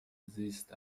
زیست